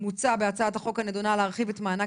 מוצע בהצעת החוק הנידונה להרחיב את מענק